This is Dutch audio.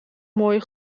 mooie